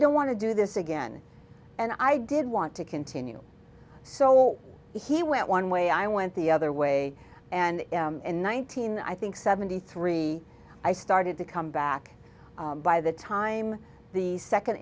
don't want to do this again and i did want to continue so he went one way i went the other way and in one thousand i think seventy three i started to come back by the time the second